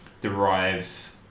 derive